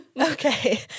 Okay